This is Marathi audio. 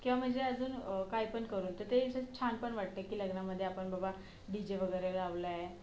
किंवा म्हणजे अजून कायपण करून तर ते जे छान पण वाटते की लग्नामध्ये आपण बबा डी जे वगैरे लावला आहे